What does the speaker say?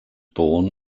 born